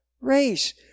race